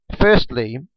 Firstly